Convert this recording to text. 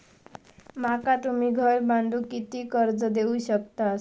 माका तुम्ही घर बांधूक किती कर्ज देवू शकतास?